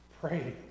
Pray